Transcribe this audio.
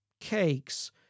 cakes